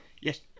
Yes